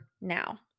now